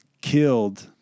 killed